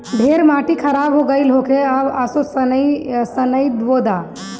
ढेर माटी खराब हो गइल होखे तअ असो सनइ बो दअ